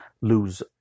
lose